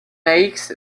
makes